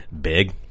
Big